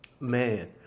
Man